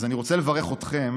אני רוצה לברך אתכם